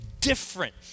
different